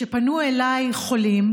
כשפנו אליי חולים,